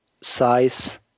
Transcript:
size